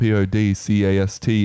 Podcast